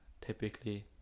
typically